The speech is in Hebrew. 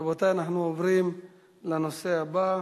רבותי, אנחנו עוברים לנושא הבא: